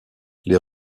les